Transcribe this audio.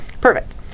Perfect